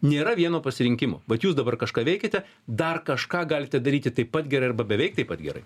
nėra vieno pasirinkimo vat jūs dabar kažką veikiate dar kažką galite daryti taip pat gerai arba beveik taip pat gerai